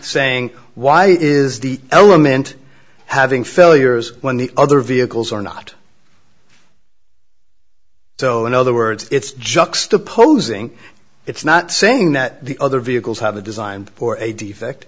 saying why is the element having failures when the other vehicles are not so in other words it's juxtaposing it's not saying that the other vehicles have a design for a defect